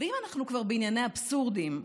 ואם אנחנו בענייני אבסורדים,